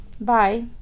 Bye